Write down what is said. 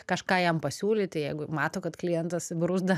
kažką jam pasiūlyti jeigu mato kad klientas bruzda